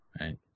Right